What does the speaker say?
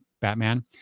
Batman